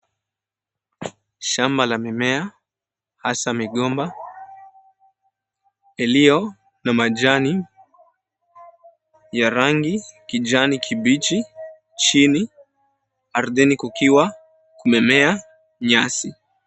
Shamba la mimea hasa migomba iliyo na majani ya rangi kijani kibichi chini ardhini kukiwa kumemea nyasi.